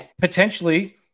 potentially